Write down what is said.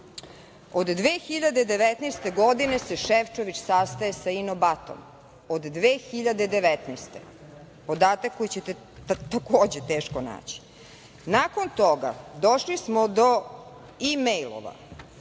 2019. godine se Šefčovič sastaje sa „Ino batom“, od 2019. Podatak koji ćete takođe teško naći. Nakon toga došli smo do imejlova